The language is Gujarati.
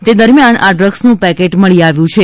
તે દરમિયાન આ ડ્રગ્સનું પેકેટ મળી આવ્યું છે